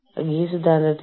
അവസാനിപ്പിക്കൽ ബാധ്യതകൾ